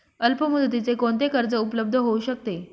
अल्पमुदतीचे कोणते कर्ज उपलब्ध होऊ शकते?